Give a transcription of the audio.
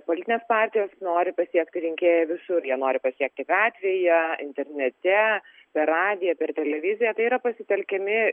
politinės partijos nori pasiekti rinkėjus visur jie nori pasiekti gatvėje internete per radiją per televiziją tai yra pasitelkiami